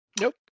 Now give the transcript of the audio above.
nope